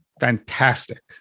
fantastic